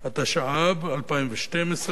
כתיב, אדוני,